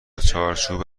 چارچوب